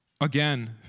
again